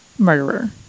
murderer